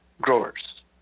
growers